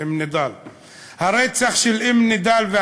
אום נידאל.